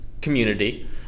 community